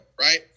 right